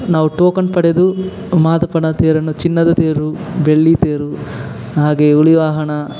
ನಾವು ಟೋಕನ್ ಪಡೆದು ಮಾದಪ್ಪನ ತೇರನ್ನು ಚಿನ್ನದ ತೇರು ಬೆಳ್ಳಿ ತೇರು ಹಾಗೇ ಹುಲಿ ವಾಹನ